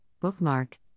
bookmark